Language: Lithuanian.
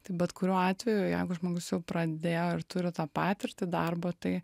tai bet kuriuo atveju jeigu žmogus jau pradėjo ir turi tą patirtį darbo tai